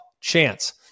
chance